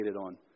on